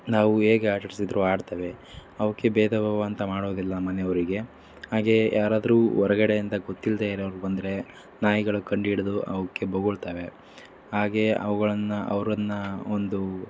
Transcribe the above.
ನಾವು ಹೇಗೆ ಆಟಾಡಿಸಿದ್ರು ಆಡ್ತವೆ ಅವಕ್ಕೆ ಭೇದ ಭಾವ ಅಂತ ಮಾಡೋದಿಲ್ಲ ಮನೆಯವರಿಗೆ ಹಾಗೇ ಯಾರಾದರೂ ಹೊರ್ಗಡೆಯಿಂದ ಗೂತ್ತಿಲ್ಲದೇ ಇರೋರು ಬಂದರೆ ನಾಯಿಗಳು ಕಂಡು ಹಿಡಿದು ಅವಕ್ಕೆ ಬೊಗಳ್ತವೆ ಹಾಗೇ ಅವುಗಳನ್ನ ಅವ್ರನ್ನ ಒಂದು